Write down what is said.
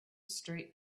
street